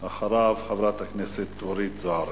אחריו, חברת הכנסת אורית זוארץ.